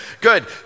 Good